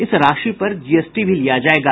इस राशि पर जीएसटी भी लिया जाएगा